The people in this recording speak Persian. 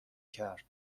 کرد